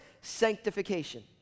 sanctification